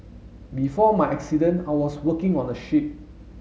before my accident I was working on a ship